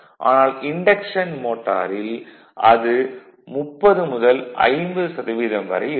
ஆனால் இன்டக்ஷன் மோட்டாரில் அது 30 முதல் 50 சதவீதம் வரை இருக்கும்